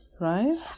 right